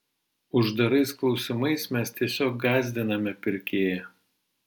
uždarais klausimais mes tiesiog gąsdiname pirkėją